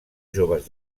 joves